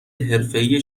حرفهای